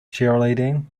cheerleading